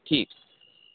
ठीक